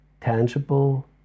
tangible